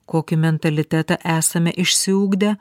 kokį mentalitetą esame išsiugdę